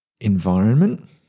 environment